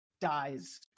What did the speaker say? dies